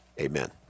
amen